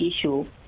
issue